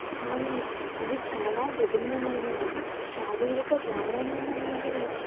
కానీ అవి చాలా విభిన్నమైనవి శారీరిక వ్యాయామం అనేది